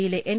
യിലെ എൻ